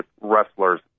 wrestlers